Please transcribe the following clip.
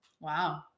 Wow